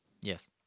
Yes